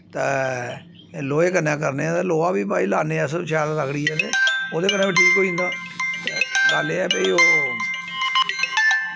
ते लोहे कन्नै करने ते लोहा बी भाई लान्ने अस शैल रगड़ियै ओह्दे कन्नै बी ठीक होई जंदा ते गल्ल एह् ऐ भाई ओह्